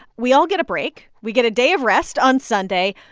we all get a break. we get a day of rest on sunday.